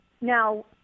Now